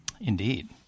Indeed